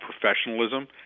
professionalism